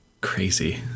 Crazy